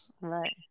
right